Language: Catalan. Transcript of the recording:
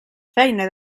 feina